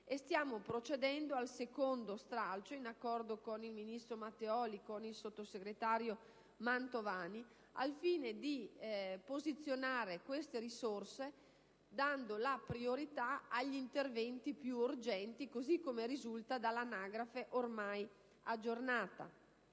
stiamo procedendo al secondo stralcio, in accordo con il ministro Matteoli e con il sottosegretario Mantovani, al fine di posizionare queste risorse, dando la priorità agli interventi più urgenti, così come risulta dall'anagrafe ormai aggiornata.